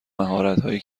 مهارتهایی